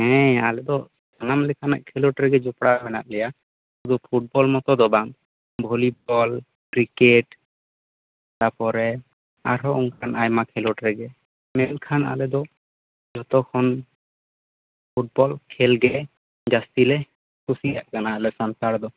ᱦᱮᱸ ᱟᱞᱮᱫᱚ ᱥᱟᱱᱟᱢ ᱞᱮᱠᱟᱱᱟᱜ ᱠᱷᱮᱞᱳᱰ ᱨᱮᱜᱮ ᱡᱚᱯᱚᱲᱟᱣ ᱢᱮᱱᱟᱜ ᱞᱮᱭᱟ ᱥᱩᱫᱩ ᱯᱷᱩᱴᱵᱚᱞ ᱢᱚᱛᱚ ᱫᱚ ᱵᱟᱝ ᱵᱷᱚᱞᱤ ᱵᱚᱞ ᱠᱨᱤᱠᱮᱴ ᱛᱟᱯᱚᱨᱮ ᱟᱨᱦᱚᱸ ᱚᱱᱠᱟᱱ ᱟᱭᱢᱟ ᱠᱷᱮᱞᱳᱰ ᱨᱮᱜᱮ ᱢᱮᱱᱠᱷᱟᱱ ᱟᱞᱮᱫᱚ ᱡᱚᱛᱚ ᱠᱷᱚᱱ ᱯᱷᱩᱴᱵᱚᱞ ᱠᱷᱮᱞ ᱜᱮ ᱡᱟᱹᱥᱛᱤ ᱞᱮ ᱠᱩᱥᱤᱭᱟᱜ ᱠᱟᱱᱟ ᱟᱞᱮ ᱥᱟᱱᱛᱟᱲ ᱫᱚ